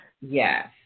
Yes